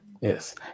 Yes